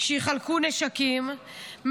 שיחלקו נשקים,